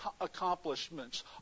accomplishments